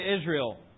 Israel